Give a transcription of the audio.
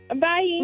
Bye